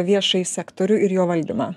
viešąjį sektorių ir jo valdymą